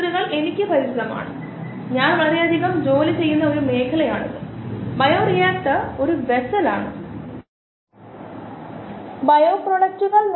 ഉദാഹരണത്തിന് Y of x slash s yield of cell ആയി ബന്ധപ്പെട്ട സബ്സ്ട്രേറ്റ് സബ്സ്ട്രേറ്റ് ആധാരമാക്കിയുള്ള യിൽഡ് ഓഫ് സെൽ എന്നത് ഉൽപാദിപ്പിക്കപെടുന്ന കോശങ്ങളുടെ ഉപയോഗിക്കപ്പെട്ട അളവുകൊണ്ട് ഹരിച്ചാൽ കിട്ടുന്നതാണ്